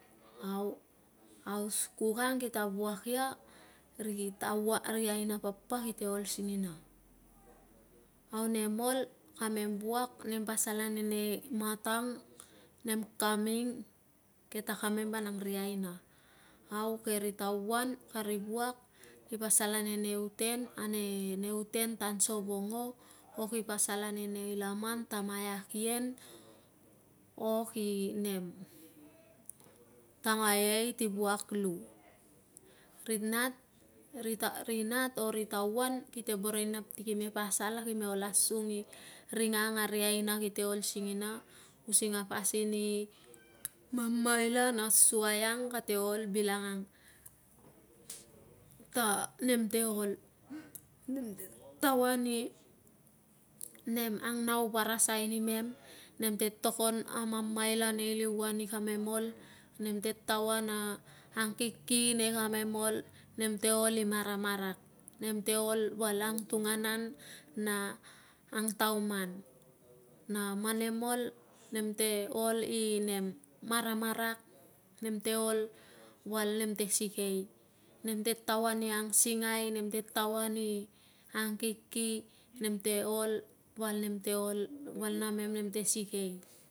Au, auskuk ang kita wuak ia ri taua, ri aina papa kite ol singina. Au nem ol kamem wuak nem pasal ane nei matang, nem kaming, ke takamem vanang ri aina. Au keri tauan, kari wuak, ki pasal ane nei uten, ane nei uten tan so vongo o ki pasal ane nei laman ta maiak ien o ki nem, tanga ei ti wuak lu. Ri nat, ri nat, o ri tauan si kite boro inap si pasal a kime ol asung a ring ang a ri aina kite ol singina using a pasin i mamaila na suai ang kate ol bilangang ta nem te ol. Nem te taoa ni nem angnauvarasai nimem, nem te tokon a mamaila nei liuan i kamem ol, nem te taoa na angkiki nei kamem ol, nemte ol i maramarak, nemte ol val angtunganan na angtauman. Na man nem ol, nem te ol i nem, maramarak, nem te ol val nem te sikei, nem te taoa ni angsingai, nem te taoa ni ankiki, nem te ol val, nem te ol, val namem nem te sikei